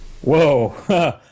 Whoa